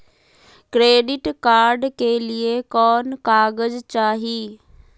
Credit card के लिए कौन कागज चाही?